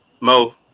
Mo